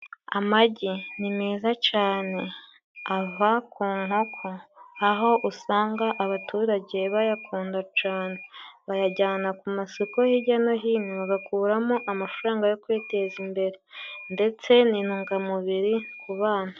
Amagi ni meza cane ava ku nkoko, aho usanga abaturage bayakunda cane bayajyana ku masoko hirya no hino bagakuramo amafaranga yo kwiteza imbere ndetse ni intungamubiri ku bana.